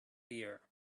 here